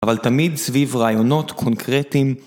אבל תמיד סביב רעיונות קונקרטיים.